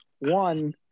one